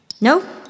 No